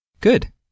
Good